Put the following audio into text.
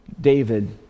David